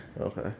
Okay